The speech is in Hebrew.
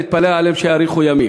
נתפלל עליהם שיאריכו ימים.